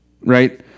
right